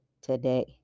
today